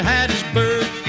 Hattiesburg